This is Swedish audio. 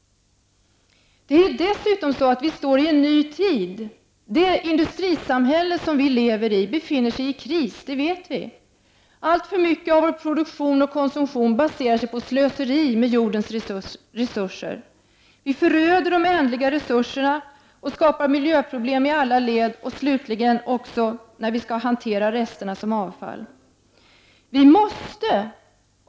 Dessutom står vi inför en ny tid. Det industrisamhälle som vi lever i befinner sig i kris, det vet vi. Alltför mycket av vår produktion och konsumtion baserar sig på slöseri med jordens resurser. Vi föröder de ändliga resurserna och skapar miljöproblem i alla led och slutligen också när vi hanterar resterna som avfall.